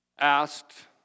asked